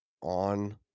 on